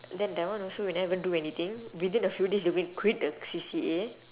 and then that one also we never even do anything within a few days did we quit the C_C_A